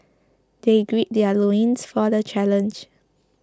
they gird their loins for the challenge